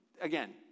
again